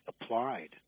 applied